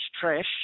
trash